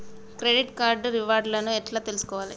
Credit card reward లను ఎట్ల తెలుసుకోవాలే?